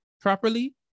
properly